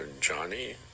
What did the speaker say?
Johnny